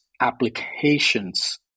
applications